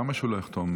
למה שהוא לא יחתום?